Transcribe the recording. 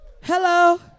Hello